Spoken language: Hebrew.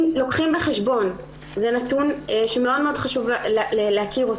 אם לוקחים בחשבון, וזה נתון שמאוד חשוב להכיר,